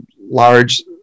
large